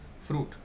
fruit